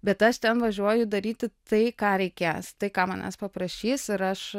bet aš ten važiuoju daryti tai ką reikės tai ką manęs paprašys ir aš